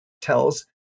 tells